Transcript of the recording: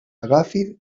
agafi